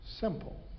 simple